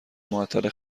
معطل